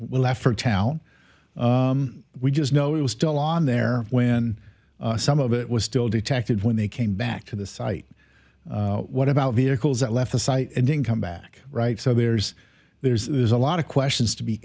well after town we just know it was still on there when some of it was still detected when they came back to the site what about vehicles that left the site and didn't come back right so there's there's a lot of questions to be